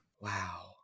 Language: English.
Wow